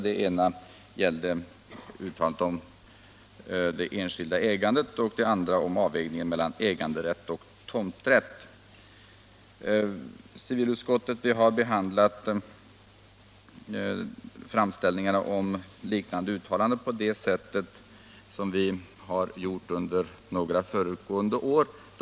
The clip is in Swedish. Det ena gäller det enskilda ägandet och det andra avvägningen mellan äganderätt och tomträtt. Civilutskottet har behandlat framställningarna om dessa uttalanden på samma sätt som under några föregående år.